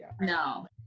No